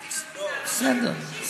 בסדר.